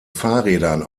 fahrrädern